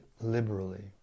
liberally